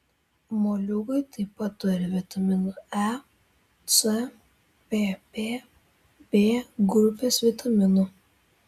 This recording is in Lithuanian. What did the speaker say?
moliūgai taip pat turi vitaminų e c pp b grupės vitaminų